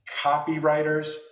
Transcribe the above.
copywriters